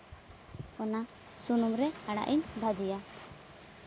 ᱚᱱᱟ ᱥᱩᱱᱩᱢ ᱨᱮ ᱟᱲᱟᱜ ᱤᱧ ᱵᱷᱟᱹᱡᱤᱭᱟ